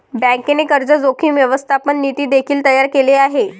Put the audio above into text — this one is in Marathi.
बँकेने कर्ज जोखीम व्यवस्थापन नीती देखील तयार केले आहे